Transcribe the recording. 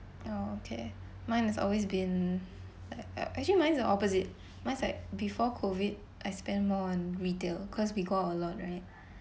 oh okay mine has always been a~ ac~ actually mine is the opposite mine is like before COVID I spend more on retail cause we go out a lot right